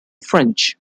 french